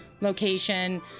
location